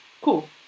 Cool